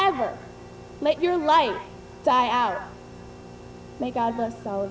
ever let your life die out